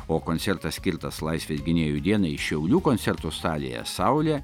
o koncertas skirtas laisvės gynėjų dienai šiaulių koncertų salėje saulė